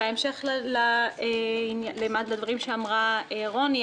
בהמשך לדבריה של רני,